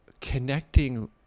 connecting